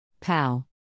Pow